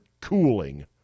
cooling